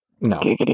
No